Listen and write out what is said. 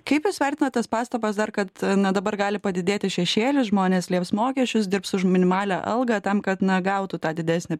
kaip jūs vertinat tas pastabas dar kad na dabar gali padidėti šešėlis žmonės slėps mokesčius dirbs už minimalią algą tam kad na gautų tą didesnę